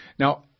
Now